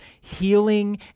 healing